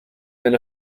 been